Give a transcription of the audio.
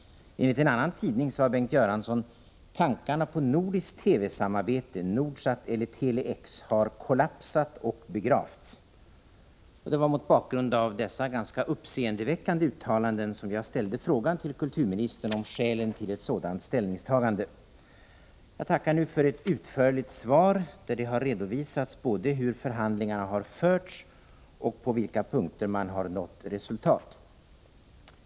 Enligt en annan tidning sade Bengt Göransson: ”Tankarna på nordiskt TV-samarbete, Nordsat eller Tele-X har kollapsat och begravts.” Det var mot bakgrund av dessa ganska uppseendeväckande uttalanden som jag ställde frågan till kulturministern om skälen till ett sådant ställningstagande. Jag tackar nu för ett utförligt svar. Det har redovisats både hur förhandlingarna har förts och på vilka punkter man har nått resultat.